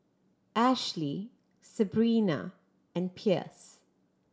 Ashlee Sebrina and Pierce